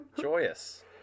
joyous